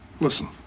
Listen